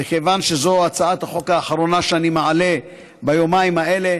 וכיוון שזו הצעת החוק האחרונה שאני מעלה ביומיים האלה,